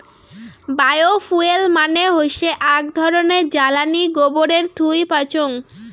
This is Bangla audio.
বায়ো ফুয়েল মানে হৈসে আক ধরণের জ্বালানী গোবরের থুই পাইচুঙ